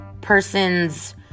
person's